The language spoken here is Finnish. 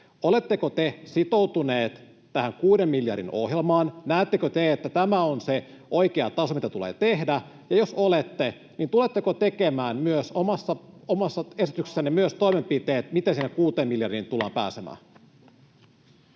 Oletteko te sitoutuneet tähän kuuden miljardin ohjelmaan? Näettekö te, että tämä on se oikea taso, mitä tulee tehdä? Ja jos olette, niin tuletteko tekemään myös omassa esityksessänne toimenpiteet, miten sinne kuuteen miljardiin tullaan pääsemään?